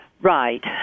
Right